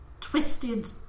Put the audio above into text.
twisted